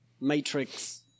Matrix